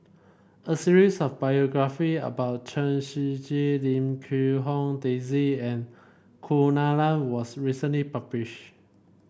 a series of biography about Chen Shiji Lim Quee Hong Daisy and Kunalan was recently published